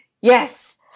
yes